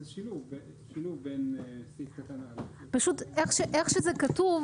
זה שילוב בין סעיף קטן (א) --- פשוט איך שזה כתוב,